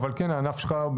אבל כן הענף שלך,